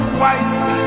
white